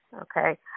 Okay